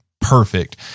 perfect